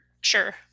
sure